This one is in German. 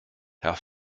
herr